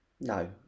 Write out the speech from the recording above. no